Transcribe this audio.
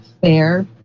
fair